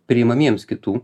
priimamiems kitų